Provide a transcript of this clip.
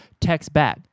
textback